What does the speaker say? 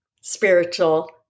spiritual